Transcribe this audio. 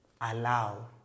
allow